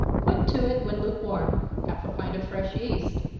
put to it, when lukewarm, half a pint of fresh yeast.